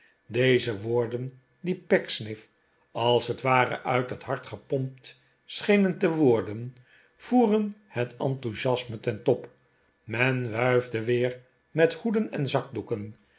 deze woorden die pecksniff als het ware uit het hart gepompt schenen te worden voerden het enthousiasme ten top men wuifde weer met hoeden en zakdoeken